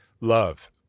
love